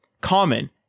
common